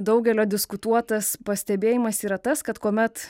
daugelio diskutuotas pastebėjimas yra tas kad kuomet